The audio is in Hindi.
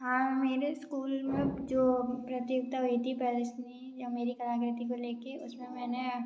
हाँ मेरे स्कूल में जो प्रतियोगिता हुई थी पैलेस में या मेरी कलाकृति को लेकर उसमें मैंने